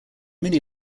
many